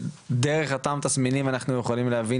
שדרך אותם תסמינים אנחנו יכולים להבין